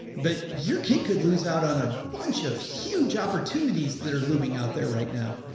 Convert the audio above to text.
but your kid could lose out on a bunch of huge opportunities that are looming out there right now,